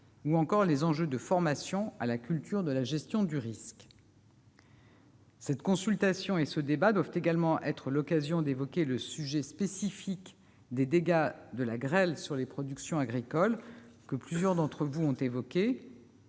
ou encore les enjeux de formation à la culture de la gestion du risque. La consultation et le débat doivent également être l'occasion d'évoquer le sujet spécifique des dégâts de la grêle sur les productions agricoles, que plusieurs d'entre vous ont évoqué.